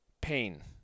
Pain